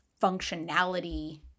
functionality